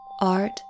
art